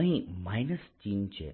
અહીં માઈનસ ચિહ્ન છે